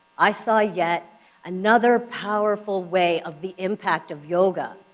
i saw yet another powerful way of the impact of yoga,